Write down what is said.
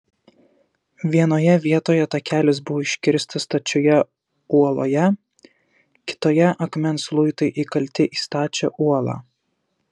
vienoje vietoje takelis buvo iškirstas stačioje uoloje kitoje akmens luitai įkalti į stačią uolą